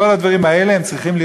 יישא כל אחד באופן